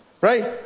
Right